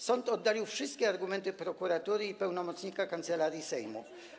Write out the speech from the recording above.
Sąd oddalił wszystkie argumenty prokuratury i pełnomocnika Kancelarii Sejmu.